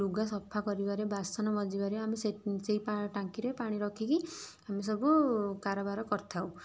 ଲୁଗା ସଫା କରିବାରେ ବାସନ ମାଜିବାରେ ଆମେ ସେଇ ଟାଙ୍କିରେ ପାଣି ରଖିକି ଆମେ ସବୁ କାରବାର କରିଥାଉ